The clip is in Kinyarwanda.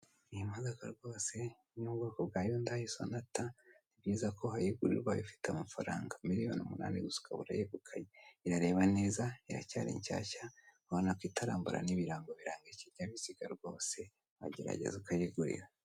Imodoka rwose yo mu bwoko bwa Yundayi sonata iyo uza kuba wayigurira ubaye ufite amafaranga miliyoni umunani gusa ukaba urayegukanye, irareba neza iracyari nshyashya ubona ko itarambara n'ibirango biranga ikinyabiziga rwose wagerageza ukayigurira.